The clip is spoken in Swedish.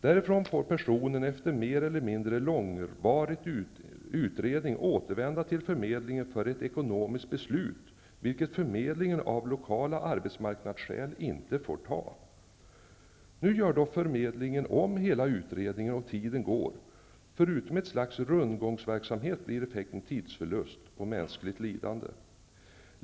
Därifrån får personen efter mer eller mindre långvarig utredning återvända till förmedlingen för ett ekonomiskt beslut, vilket förmedlingen av lokala arbetsmarknadsskäl inte får fatta. Nu gör förmedlingen om hela utredningen, och tiden går. Förutom ett slags rundgångsverksamhet blir effekten tidsförlust och mänskligt lidande.